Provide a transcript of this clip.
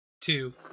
Two